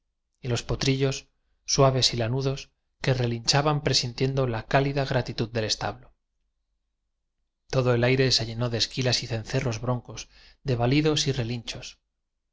y los potrillos suaves y lanudos que relinchaban presintien do la cálida gratitud del establo todo el aire se llenó de esquilas y cencerros bron cos de balidos y relinchos